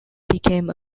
became